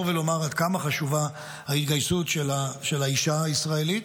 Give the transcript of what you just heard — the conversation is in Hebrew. ולומר עד כמה חשובה ההתגייסות של האישה הישראלית,